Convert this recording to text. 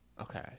Okay